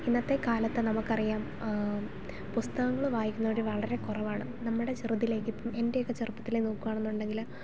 ഇന്നത്തെ കാലത്ത് നമുക്ക് അറിയാം പുസ്തകങ്ങൾ വായിക്കുന്നവർ വളരെ കുറവാണ് നമ്മുടെ ചെറുതിലേക്കിപ്പം എൻ്റെ ഒക്കെ ചെറുപ്പത്തിലെ നോക്കുവാണെന്ന് ഉണ്ടെങ്കിൽ